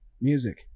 Music